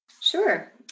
Sure